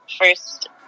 first